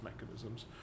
mechanisms